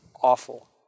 awful